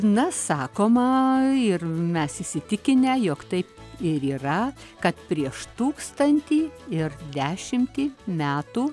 na sakoma ir mes įsitikinę jog taip ir yra kad prieš tūkstantį ir dešimtį metų